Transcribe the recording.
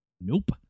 nope